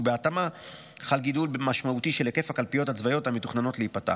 ובהתאמה חל גידול משמעותי של היקף הקלפיות הצבאיות המתוכננות להיפתח.